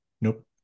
Nope